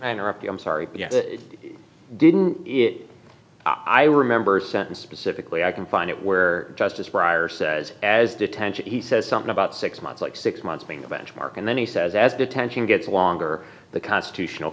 interrupt you i'm sorry didn't i remember sentence specifically i can find it where justice prior says as detention he says something about six months like six months being the benchmark and then he says as detention gets longer the constitutional